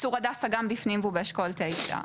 צור הדסה הוא גם בפנים והוא באשכול תשע,